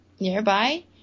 nearby